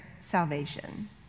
salvation